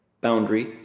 boundary